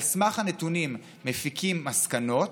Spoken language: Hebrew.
ועל סמך הנתונים מפיקים מסקנות,